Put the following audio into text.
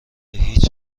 هیچ